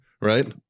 right